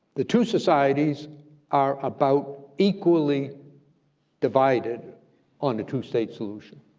the two societies are about equally divided on the two state solution.